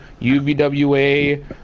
UVWA